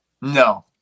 No